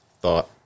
thought